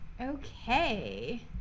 Okay